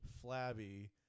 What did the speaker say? flabby